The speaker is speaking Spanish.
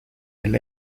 del